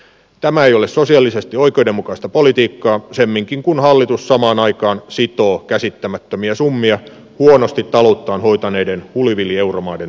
tämä ei ole sosiaalisesti oikeudenmukaista politiikkaa semminkin kun hallitus samaan aikaan sitoo käsittämättömiä summia huonosti talouttaan hoitaneiden hulivili euromaiden tukemiseen